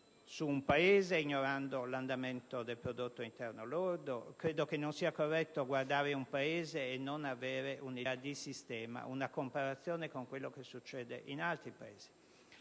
in un Paese ignorando l'andamento del prodotto interno lordo; credo non sia corretto guardare ad un Paese e non avere un'idea di sistema, una comparazione con quanto avviene in altri Paesi.